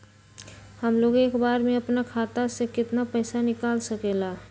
हमलोग एक बार में अपना खाता से केतना पैसा निकाल सकेला?